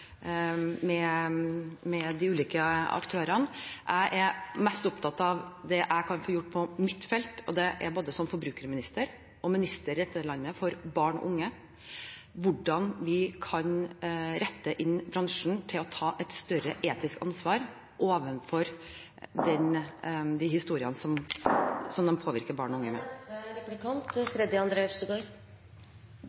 med de ulike aktørene. Jeg er mest opptatt av det jeg kan få gjort på mitt felt – både som forbrukerminister og som minister for barn og unge i dette landet – og det er hvordan vi kan rette bransjen inn mot det å ta et større etisk ansvar for de historiene de påvirker barn og unge